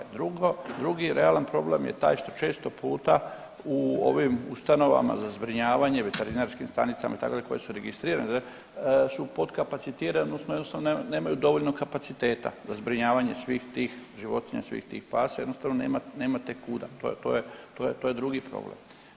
Ovaj, drugo, drugi realan problem je taj što često puta u ovim ustanovama za zbrinjavanje, veterinarskim stranicama itd. koje su registrirane su potkapacitirani odnosno jednostavno nemaju dovoljno kapaciteta za zbrinjavanje svih tih životinja, svih tih pasa, jednostavno nemate kuda, to, to je, to je drugi problem.